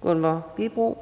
Gunvor Wibroe